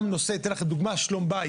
גם אתן לכם דוגמה,